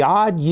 God